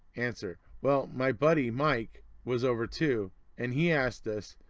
answer well, my buddy, mike was over too and he asked us,